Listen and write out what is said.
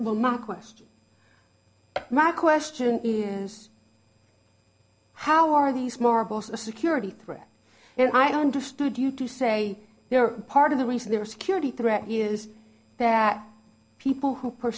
will mark question my question is how are these more balls a security threat and i understood you to say they're part of the reason there are security threat is that people who